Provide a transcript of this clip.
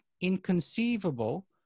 inconceivable